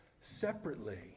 separately